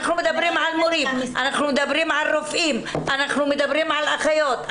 אנחנו מדברים על מורים, על רופאים, על אחיות.